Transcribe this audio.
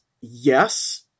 yes